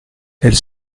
elles